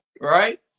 right